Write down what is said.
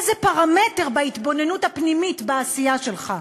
איזה פרמטר בהתבוננות הפנימית בעשייה שלך,